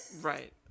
Right